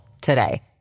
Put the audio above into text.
today